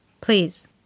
Please